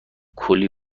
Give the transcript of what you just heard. کولی